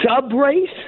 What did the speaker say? sub-race